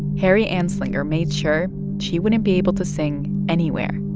harry anslinger made sure she wouldn't be able to sing anywhere